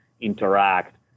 interact